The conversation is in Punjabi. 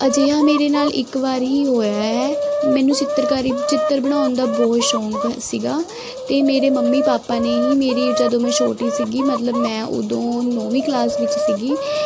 ਅਜਿਹਾ ਮੇਰੇ ਨਾਲ ਇੱਕ ਵਾਰੀ ਹੀ ਹੋਇਆ ਹੈ ਮੈਨੂੰ ਚਿੱਤਰਕਾਰੀ ਚਿੱਤਰ ਬਣਾਉਣ ਦਾ ਬਹੁਤ ਸ਼ੌਂਕ ਸੀਗਾ ਅਤੇ ਮੇਰੇ ਮੰਮੀ ਪਾਪਾ ਨੇ ਹੀ ਮੇਰੀ ਜਦੋਂ ਮੈਂ ਛੋਟੀ ਸੀਗੀ ਮਤਲਬ ਮੈਂ ਉਦੋਂ ਨੌਵੀਂ ਕਲਾਸ ਵਿੱਚ ਸੀਗੀ